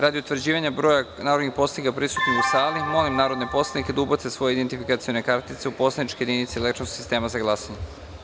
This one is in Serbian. Radi utvrđivanja broja narodnih poslanika prisutnih u sali, molim narodne poslanike da ubace svoje identifikacione kartice u poslaničke jedinice elektronskog sistema za glasanje.